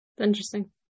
Interesting